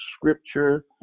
scripture